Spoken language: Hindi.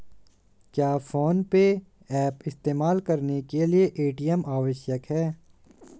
क्या फोन पे ऐप इस्तेमाल करने के लिए ए.टी.एम आवश्यक है?